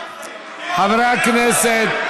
חברי הכנסת.